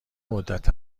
مدت